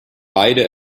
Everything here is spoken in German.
beide